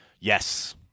Yes